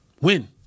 win